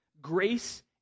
grace